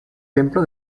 templo